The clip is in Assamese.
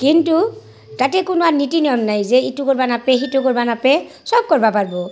কিন্তু তাতে কোনো আৰু নীতি নিয়ম নাই যে এইটো কৰবা নাপেই সিটো কৰবা নাপেই চব কৰবা পাৰব'